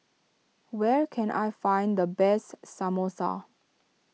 where can I find the best Samosa